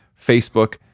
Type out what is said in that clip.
Facebook